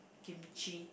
kimchi